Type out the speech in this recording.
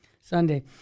Sunday